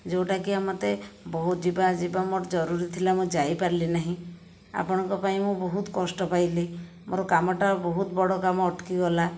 ଯେଉଁଟା କିଆ ମୋତେ ବହୁତ ଯିବା ଯିବା ମୋର ଜରୁରୀ ଥିଲା ମୁଁ ଯାଇପାରିଲି ନାହିଁ ଆପଣଙ୍କ ପାଇଁ ମୁଁ ବହୁତ କଷ୍ଟ ପାଇଲି ମୋର କାମଟା ବହୁତ ବଡ଼ କାମ ଅଟକି ଗଲା